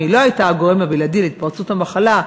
אף אם היא לא הייתה הגורם הבלעדי להתפרצות המחלה,